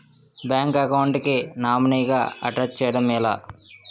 Bank account కి nominee గా attach చేయడం ఎలా?